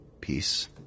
peace